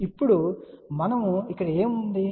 కానీ ఇప్పుడు మనకు ఇక్కడ ఏమి ఉంది